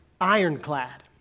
ironclad